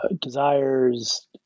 desires